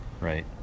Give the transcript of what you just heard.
Right